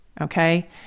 Okay